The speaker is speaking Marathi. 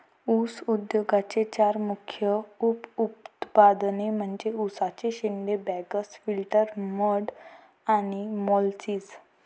ऊस उद्योगाचे चार मुख्य उप उत्पादने म्हणजे उसाचे शेंडे, बगॅस, फिल्टर मड आणि मोलॅसिस